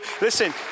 Listen